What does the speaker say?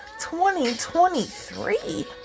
2023